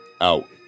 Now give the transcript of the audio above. Out